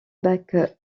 bach